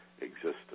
existence